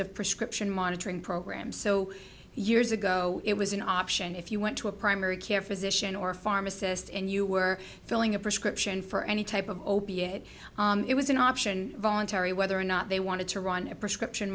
of prescription monitoring programs so years ago it was an option if you went to a primary care physician or a pharmacist and you were filling a prescription for any type of opiate it was an option voluntary whether or not they wanted to run a prescription